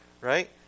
right